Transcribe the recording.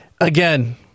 Again